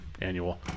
annual